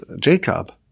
Jacob